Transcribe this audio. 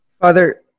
Father